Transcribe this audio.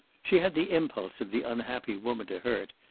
she had the impulse of the unhappy woman to hurt,